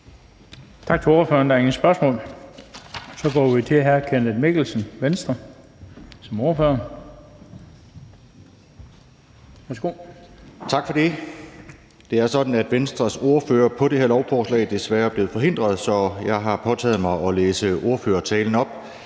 Tak til ordføreren. Der er ingen spørgsmål. Så går vi videre til hr. Kenneth Mikkelsen som ordfører for Venstre. Værsgo. Kl. 17:25 (Ordfører) Kenneth Mikkelsen (V): Tak for det. Det er sådan, at Venstres ordfører på det her lovforslag desværre er blevet forhindret, så jeg har påtaget mig at læse ordførertalen op.